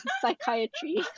psychiatry